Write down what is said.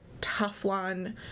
Teflon